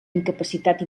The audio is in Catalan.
incapacitat